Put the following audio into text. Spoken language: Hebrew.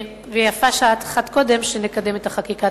ויפה שעה אחת קודם, שנקדם את החקיקה.